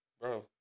Bro